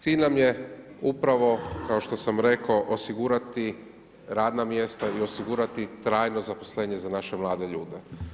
Cilj nam je upravo, kao što sam rekao, osigurati radna mjesta i osigurati trajna zaposlenje za naše mlade ljude.